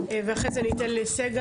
אחרי זה אני אתן לסגל,